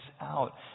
out